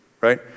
right